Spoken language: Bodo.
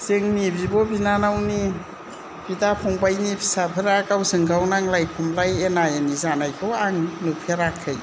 जोंनि बिब' बिनानावनि बिदा फंबायनि फिसाफ्रा गावजोंगाव नांलाय खमलाय एना एनि जानायखौ आं नुफेराखै